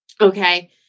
Okay